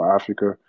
Africa